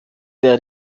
der